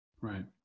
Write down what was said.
Right